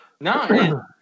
No